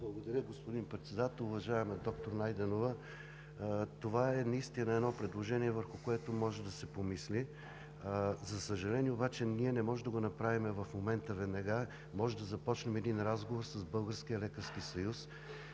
Благодаря, господин Председател. Уважаема доктор Найденова, това е едно предложение, върху което може да се помисли. За съжаление, ние не можем да го направим веднага. Можем да започнем един разговор с Българския лекарски съюз